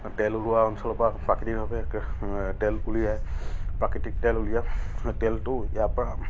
তেল ওলোৱা অঞ্চলৰপৰা প্ৰাকৃতিকভাৱে তেল উলিয়াই প্ৰাকৃতিক তেল উলিয়াই তেলটো ইয়াৰপৰা